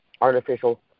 artificial